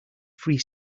free